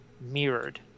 mirrored